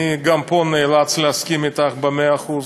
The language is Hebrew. אני גם פה נאלץ להסכים אתך במאה אחוז,